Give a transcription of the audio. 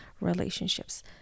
relationships